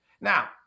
Now